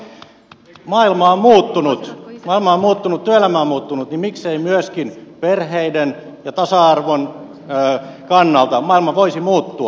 kun maailma on muuttunut ja työelämä on muuttunut niin miksei myöskin perheiden ja tasa arvon kannalta maailma voisi muuttua